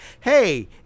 hey